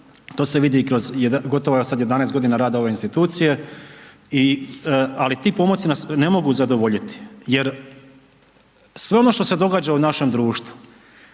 to se vidi i kroz gotovo a sad 11 g. rada ove institucije ali ti pomaci nas ne mogu zadovoljiti jer sve ono što se događa u našem društvu,